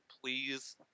please